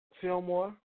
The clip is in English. Fillmore